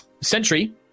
Sentry